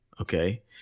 Okay